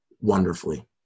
wonderfully